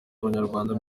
abanyarwanda